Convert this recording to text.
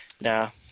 Now